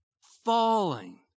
falling